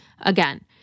Again